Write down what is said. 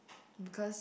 because